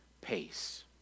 pace